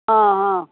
ಹಾಂ ಹಾಂ